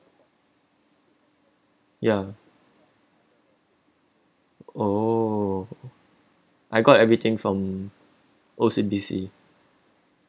yeah oh I got everything from O_C_B_C